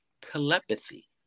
telepathy